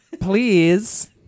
Please